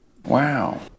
Wow